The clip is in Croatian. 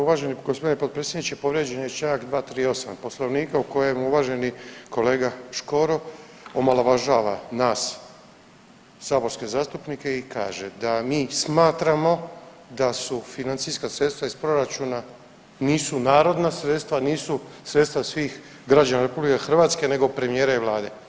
Uvaženi g. potpredsjedniče, povrijeđen je čl. 238 Poslovnika u kojem uvaženi kolega Škoro omalovažava nas saborske zastupnike i kaže da mi smatramo da su financijska sredstva iz proračuna nisu narodna sredstva, nisu sredstva svih građana RH nego premijera i Vlade.